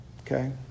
Okay